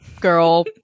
girl